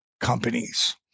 companies